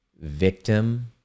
victim